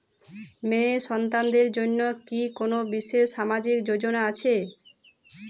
মেয়ে সন্তানদের জন্য কি কোন বিশেষ সামাজিক যোজনা আছে?